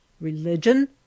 Religion